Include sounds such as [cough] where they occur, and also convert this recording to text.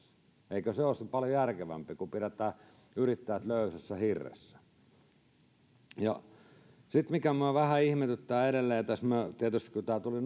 eikö se ole paljon järkevämpää kuin että pidetään yrittäjät löysässä hirressä ja sitten mikä minua vähän ihmetyttää edelleen tässä tietysti koska tämä hallituksen esitys tuli [unintelligible]